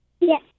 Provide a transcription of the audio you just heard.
Yes